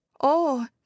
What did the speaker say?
Oh